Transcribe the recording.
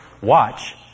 watch